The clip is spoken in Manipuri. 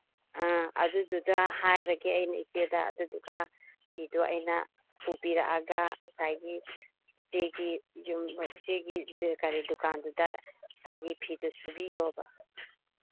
ꯑ ꯑꯗꯨꯗꯨꯗ ꯍꯥꯏꯔꯒꯦ ꯑꯩꯅ ꯏꯆꯦꯗ ꯑꯗꯨꯗꯨꯒ ꯐꯤꯗꯨ ꯑꯩꯅ ꯄꯨꯕꯤꯔꯛꯑꯒ ꯉꯁꯥꯏꯒꯤ ꯏꯆꯦꯒꯤ ꯏꯆꯦꯒꯤ ꯀꯔꯤ ꯗꯨꯀꯥꯟꯗꯨꯗ ꯐꯤꯗꯨ ꯁꯨꯕꯤꯌꯣꯕ